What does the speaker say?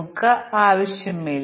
അതിനാൽ പ്രശ്നം സംഭവിക്കും